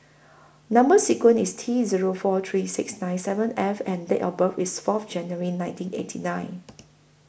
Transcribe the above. Number sequence IS T Zero four three six nine seven F and Date of birth IS Fourth January nineteen eighty nine